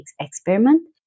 experiment